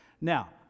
Now